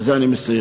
בזה אני מסיים: